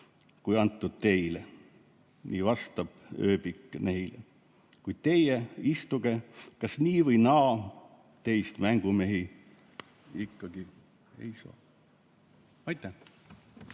kui antud teile," nii vastab ööbik neile. "Kuid teie, istuge kas nii või naa, teist mängumehi ikkagi ei saa."" Aitäh!